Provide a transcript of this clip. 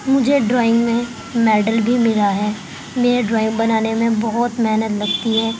مجھے ڈرائنگ میں میڈل بھی ملا ہے میرا ڈرائنگ بنانے میں بہت محنت لگتی ہے